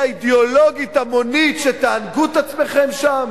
אידיאולוגית המונית שתענגו את עצמכם שם,